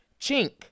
chink